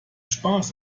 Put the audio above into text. spaß